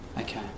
Okay